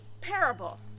parable